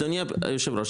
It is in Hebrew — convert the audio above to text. אדוני היושב-ראש,